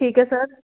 ਠੀਕ ਹੈ ਸਰ